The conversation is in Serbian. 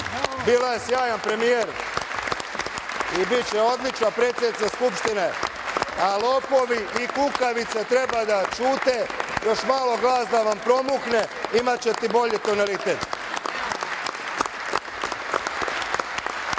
Bila je sjajan premijer i biće odlična predsednica Skupštine, a lopovi i kukavice treba da ćute, još malo glas da vam promukne pa ćete imati bolji tonalitet.